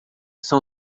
são